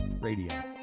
Radio